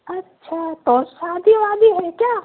اچھا تو شادی وادی ہے کیا